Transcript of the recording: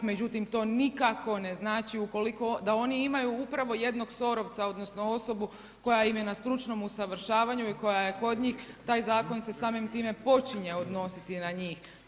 Međutim, to nikako ne znači u koliko, da oni imaju upravo jednog SOR-ovca, odnosno osobu koja im je na stručnom usavršavanju i koja je kod njih taj zakon se samim time počinje odnositi na njih.